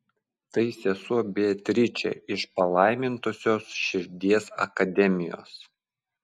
tai sesuo beatričė iš palaimintosios širdies akademijos